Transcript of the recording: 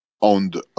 owned